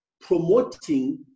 promoting